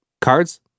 Cards